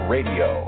Radio